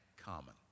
common